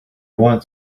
want